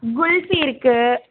குல்ஃபி இருக்கு